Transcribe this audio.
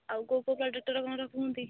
ଆଉ କୋଉ କୋଉ ପ୍ରଡକ୍ଟର କ'ଣ ରଖୁଛନ୍ତି